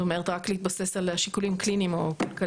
זאת אומרת רק להתבסס על שיקולים קליניים או כלכליים,